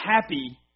happy